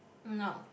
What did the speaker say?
no